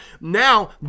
Now